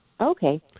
Okay